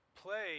Play